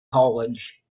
college